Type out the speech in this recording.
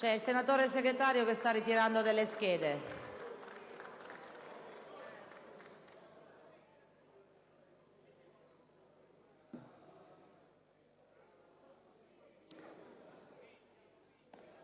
il senatore Segretario sta ritirando delle schede.